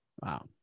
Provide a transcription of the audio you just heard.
Wow